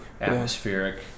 atmospheric